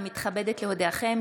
אני מתכבדת להודיעכם,